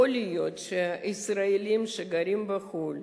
יכול להיות שישראלים שגרים בחו"ל,